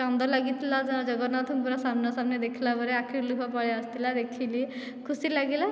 କାନ୍ଦ ଲାଗିଥିଲା ଜଗନ୍ନାଥଙ୍କୁ ପୁରା ସାମ୍ନାସାମ୍ନି ଦେଖିଲା ପରେ ଆଖିରୁ ଲୁହ ପଳେଇ ଆସିଥିଲା ଦେଖିଲି ଖୁସି ଲାଗିଲା